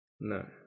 No